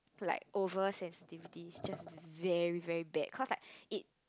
like over sensitivity it's just very very bad cause like it